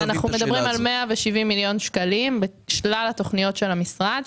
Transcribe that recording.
פה אנחנו מדברים על 170 מיליון שקלים בשלל התוכניות של המשרד.